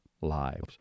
lives